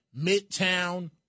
midtown